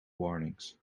warnings